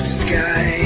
sky